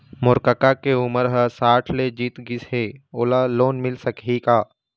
मोर कका के उमर ह साठ ले जीत गिस हे, ओला लोन मिल सकही का?